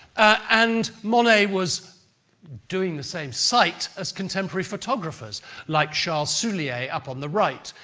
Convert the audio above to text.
and monet was doing the same site as contemporary photographers like charles soulier up on the right.